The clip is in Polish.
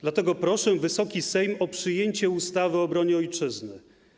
Dlatego proszę Wysoki Sejm o przyjęcie ustawy o obronie Ojczyzny.